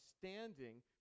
standing